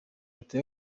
leta